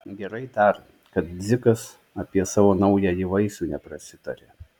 gerai dar kad dzikas apie savo naująjį vaisių neprasitarė